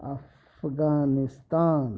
Afghanistan